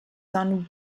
son